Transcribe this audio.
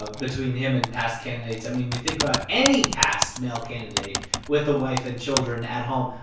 ah between him and past candidates. i mean, you think about any past male candidate with a wife and children at home,